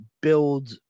build